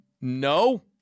no